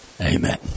Amen